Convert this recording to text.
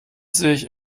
sich